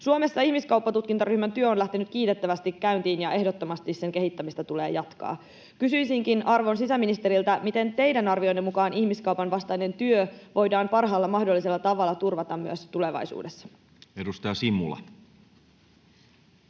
Suomessa ihmiskauppatutkintaryhmän työ on lähtenyt kiitettävästi käyntiin, ja ehdottomasti sen kehittämistä tulee jatkaa. Kysyisinkin arvon sisäministeriltä: miten teidän arvionne mukaan ihmiskaupan vastainen työ voidaan parhaalla mahdollisella tavalla turvata myös tulevaisuudessa? Edustaja Simula.